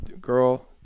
girl